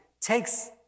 takes